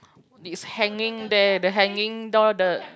this hanging there the hanging door the